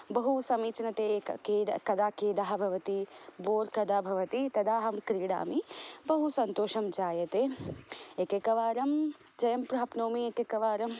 बहू समिचीनतय कदा खेदः भवति बोर् कदा भवति तदा अहं क्रिडामि बहु सन्तोषं जायते एकैकवारं जयं प्राप्नोमि एकैकवारं